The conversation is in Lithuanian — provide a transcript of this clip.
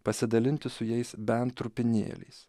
pasidalinti su jais bent trupinėliais